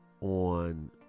on